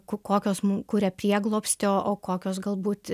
ko kokios mum kuria prieglobstį o kokios galbūt